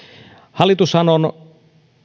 hallitushan on